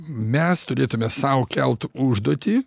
mes turėtume sau kelt užduotį